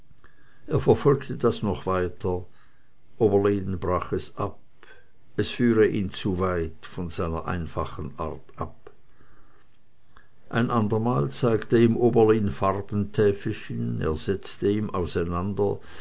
er verfolgte das noch weiter oberlin brach es ab es führte ihn zu weit von seiner einfachen art ab ein ander mal zeigte ihm oberlin farbentäfelchen er setzte ihm auseinander